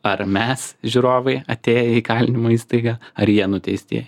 ar mes žiūrovai atėję į įkalinimo įstaigą ar jie nuteistieji